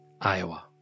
Iowa